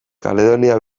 kaledonia